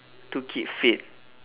to keep fit